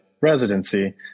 residency